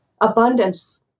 abundance